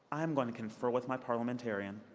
um going to confer with my parliamentarian.